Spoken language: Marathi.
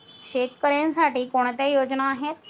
शेतकऱ्यांसाठी कोणत्या योजना आहेत?